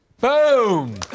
Boom